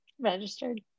registered